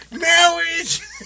Marriage